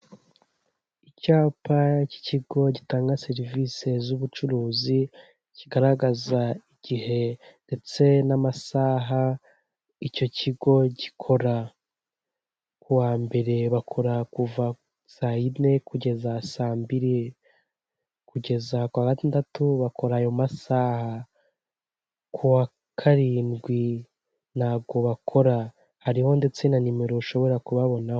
Icyapa cy'ikigo gitanga serivisi z'ubucuruzi, kigaragaza igihe ndetse n'amasaha icyo kigo gikora, ku wa mbere bakora kuva saa yine kugeza saa mbiri, kugeza ku gatandatu bakora ayo masaha, ku wa karindwi ntabwo bakora, hariho ndetse na nimero ushobora kubabonaho.